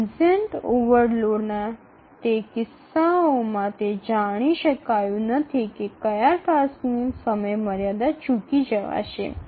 transient ઓવરલોડના તે કિસ્સાઓમાં તે જાણી શકાયું નથી કે કયા ટાસ્કની સમયમર્યાદા ચૂકી જવાશે